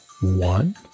one